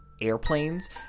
airplanes